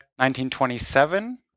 1927